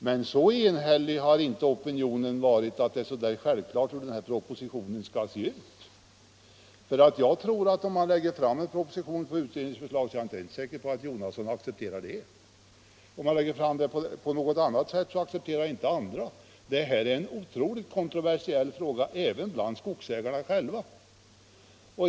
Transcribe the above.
Men så enhällig har opinionen inte varit att det är alldeles självklart hur en sådan proposition bör utformas. Om regeringen lägger fram en proposition i enlighet med utredningens förslag är jag inte säker på att herr Jonasson accepterar den. Om propositionen utformas på något annat sätt, kommer andra inte att acceptera den. Detta är en otroligt kontroversiell fråga även bland skogsägarna själva.